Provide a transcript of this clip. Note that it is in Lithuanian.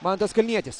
mantas kalnietis